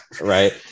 Right